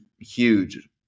huge